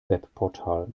webportal